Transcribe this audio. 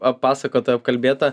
appasakota apkalbėta